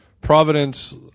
Providence